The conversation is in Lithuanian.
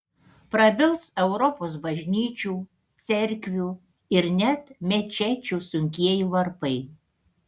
prabils europos bažnyčių cerkvių ir net mečečių sunkieji varpai